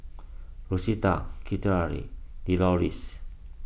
Rosita Citlalli Deloris